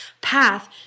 path